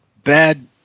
bad